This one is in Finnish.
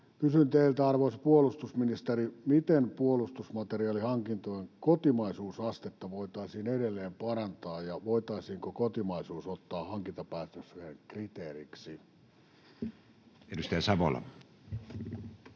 Kysyn teiltä, arvoisa puolustusministeri: miten puolustusmateriaalihankintojen kotimaisuusastetta voitaisiin edelleen parantaa, ja voitaisiinko kotimaisuus ottaa hankintapäätöksen kriteeriksi? Edustaja Savola.